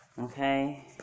okay